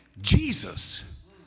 Jesus